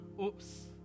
Oops